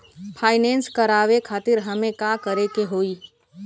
Finance करावे खातिर हमें का करे के होई?